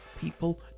people